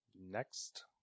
Next